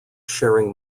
sharing